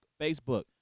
facebook